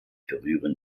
berühren